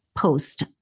post